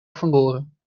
verloren